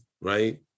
right